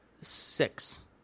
six